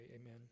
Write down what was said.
amen